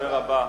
הדובר הבא,